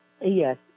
Yes